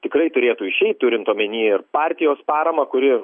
tikrai turėtų išeit turint omenyje ir partijos paramą kuri